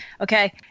okay